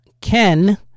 Ken